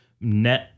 net